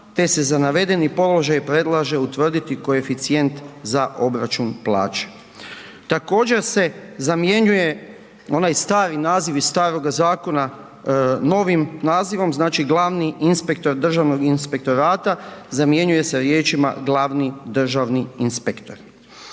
te se za navedeni položaj predlaže utvrditi koeficijent za obračun plaće. Također se zamjenjuje onaj stari naziv iz staroga zakona novim nazivom, znači, glavni inspektor Državnog inspektorata zamjenjuje se riječima glavni državni inspektor.